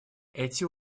эти